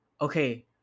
Okay